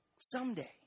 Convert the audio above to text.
Someday